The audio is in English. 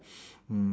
mm